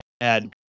add